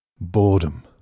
boredom